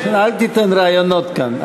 אל תיתן רעיונות כאן.